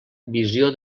visió